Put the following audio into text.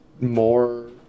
more